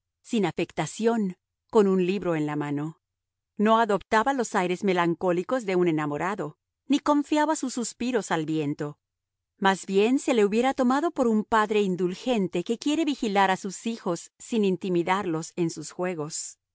sin afectación con un libro en la mano no adoptaba los aires melancólicos de un enamorado ni confiaba sus suspiros al viento más bien se le hubiera tomado por un padre indulgente que quiere vigilar a sus hijos sin intimidarlos en sus juegos